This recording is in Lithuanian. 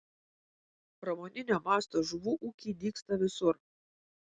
pramoninio masto žuvų ūkiai dygsta visur